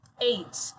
Eight